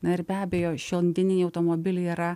na ir be abejo šiandieniniai automobiliai yra